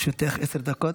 לרשותך עשר דקות.